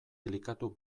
klikatu